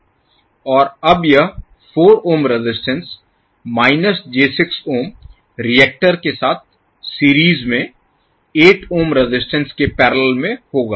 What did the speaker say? और अब यह 4 ohm resistance minus j6 ohm reactor के साथ सीरीज में 8 ओम रेजिस्टेंस के पैरेलल में होगा